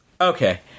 okay